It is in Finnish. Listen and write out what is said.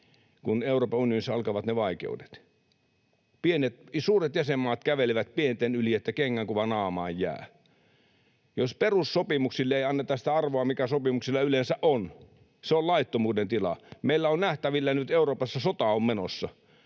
alkavat vaikeudet: suuret jäsenmaat kävelevät pienten yli niin, että kengän kuva naamaan jää. Jos perussopimuksille ei anneta sitä arvoa, mikä sopimuksilla yleensä on, se on laittomuuden tila. Meillä on nähtävillä nyt Euroopassa, että sota on menossa.